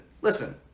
listen